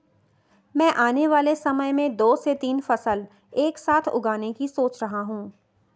मैं आने वाले समय में दो से तीन फसल एक साथ उगाने की सोच रहा हूं